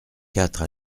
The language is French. quatre